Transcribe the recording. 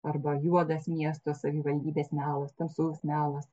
arba juodas miesto savivaldybės melas tamsos melas